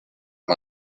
mal